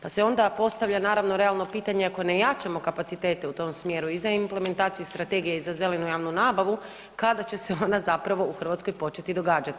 Pa se onda postavlja naravno realno pitanje, ako ne jačamo kapacitete u tom smjeru i za implementaciju strategije i za zelenu javnu nabavu kada će se ona zapravo u Hrvatskoj početi događati?